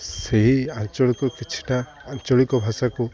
ସେହି ଆଞ୍ଚଳିକ କିଛିଟା ଆଞ୍ଚଳିକ ଭାଷାକୁ